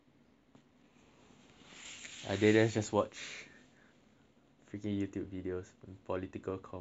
I did and I just watch freaking Youtube videos and political comedy